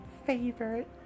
favorite